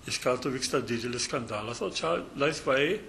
iš karto vyksta didelis skandalas o čia laisvai